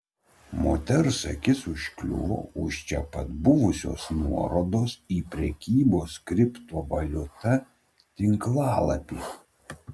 moters akis užkliuvo už čia pat buvusios nuorodos į prekybos kriptovaliuta tinklalapį